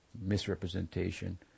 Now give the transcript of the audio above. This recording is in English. misrepresentation